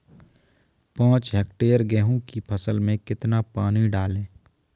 पाँच हेक्टेयर गेहूँ की फसल में कितना पानी डालें?